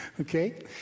Okay